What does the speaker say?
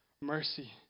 mercy